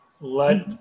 let